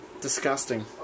Disgusting